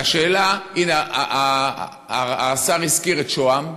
והשאלה, הנה, השר הזכיר את שוהם,